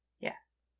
Yes